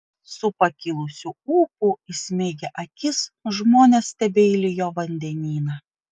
su pakilusiu ūpu įsmeigę akis žmonės stebeilijo vandenyną